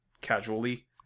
casually